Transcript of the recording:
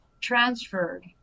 transferred